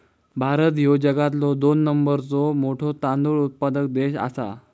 भारत ह्यो जगातलो दोन नंबरचो मोठो तांदूळ उत्पादक देश आसा